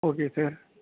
okay sir